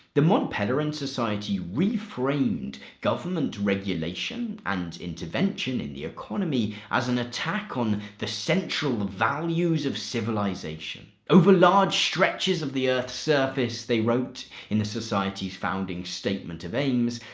the mont pelerin society reframed government regulation and intervention in the economy as an attack on the central values of civilization. over large stretches of the earth's surface, they wrote in the society's founding statement of aims,